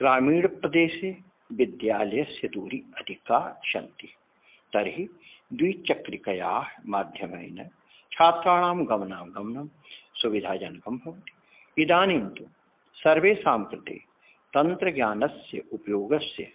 ग्रामीण प्रदेशे विद्यालयस्य दूरी अधिका सन्ति तर्हि द्विचक्रिकायाः माध्यमेन छात्राणां गमनागमनं सुविधायानकं भवति इदानीं तु सर्वेषां प्रति तन्त्रज्ञानस्य उपयोगस्य